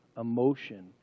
emotion